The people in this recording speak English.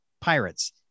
Pirates